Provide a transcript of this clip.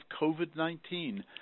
COVID-19